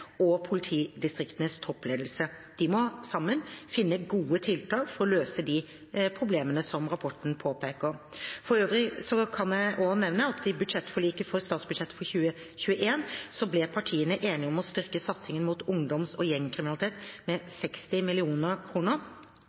og politidistriktenes toppledelse. De må sammen finne gode tiltak for å løse de problemene som rapporten påpeker. For øvrig kan jeg også nevne at i budsjettforliket for statsbudsjettet for 2021 ble partiene enige om å styrke satsingen mot ungdoms- og gjengkriminalitet med 60